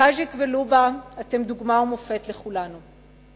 "קז'יק" ולובה, אתם דוגמה ומופת לכולנו.